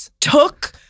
took